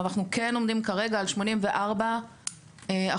אבל אנחנו כן עומדים כרגע על 84% איוש,